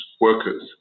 workers